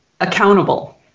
accountable